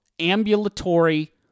ambulatory